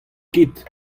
ket